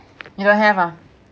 you don't have ah